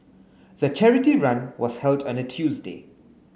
the charity run was held on a Tuesday